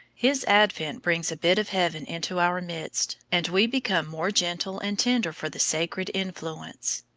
his advent brings a bit of heaven into our midst, and we become more gentle and tender for the sacred influence.